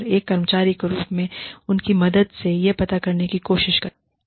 और एक कर्मचारी के रूप में उनकी मदद से यह पता लगाने की कोशिश करती हूं